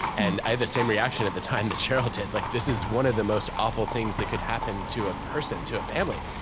and i had the same reaction at the time that sheryl did, like, this is one of the most awful things that could happen to a person, to a family.